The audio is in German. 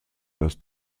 das